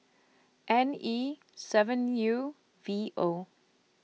N E seven U V O